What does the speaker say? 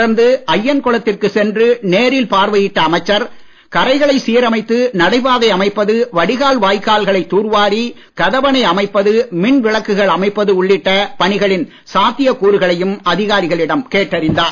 தொடர்ந்து அய்யன் குளத்திற்கு சென்று நேரில் பார்வையிட்ட அமைச்சர் கரைகளை சீரமைத்து நடைபாதை அமைப்பது வடிகால் வாய்க்கால்களை தூர்வாரி கதவணை அமைப்பது மின் விளக்குகள் அமைப்பது உள்ளிட்ட பணிகளின் சாத்தியக் கூறுகளையும் அதிகாரிகளிடம் கேட்டறிந்தார்